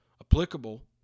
applicable